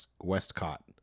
Westcott